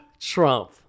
trump